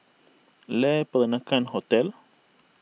Le Peranakan Hotel